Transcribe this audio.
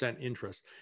interest